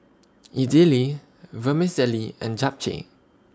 Idili Vermicelli and Japchae